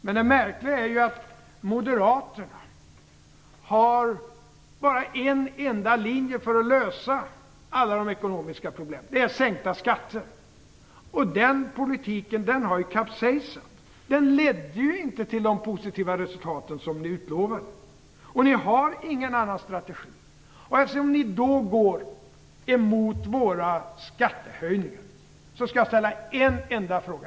Men det märkliga är att Moderaterna bara har en enda linje för att lösa alla ekonomiska problem, och det är sänkta skatter. Men den politiken har kapsejsat. Den gav ju inte de positiva resultat som ni utlovade. Och ni har ingen annan strategi. Eftersom ni går emot våra skattehöjningar skall jag ställa en enda fråga.